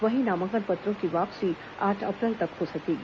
वहीं नामांकन पत्रों की वापसी आठ अप्रैल तक हो सकेगी